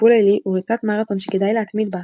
"טיפול לילי" היא ריצת מרתון שכדאי להתמיד בה,